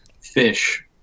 fish